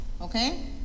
Okay